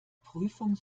prüfung